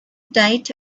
diet